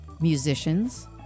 musicians